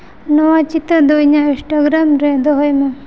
ᱱᱚᱣᱟ ᱪᱤᱛᱟᱹᱨ ᱫᱚ ᱤᱧᱟᱹᱜ ᱤᱱᱥᱴᱟᱜᱨᱟᱢ ᱨᱮ ᱫᱚᱦᱚᱭ ᱢᱮ